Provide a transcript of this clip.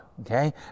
Okay